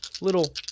Little